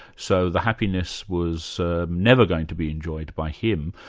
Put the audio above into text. so the happiness was never going to be enjoyed by him?